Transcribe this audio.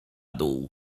dół